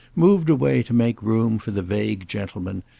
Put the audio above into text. moved away to make room for the vague gentleman,